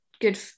good